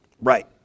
Right